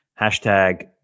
Hashtag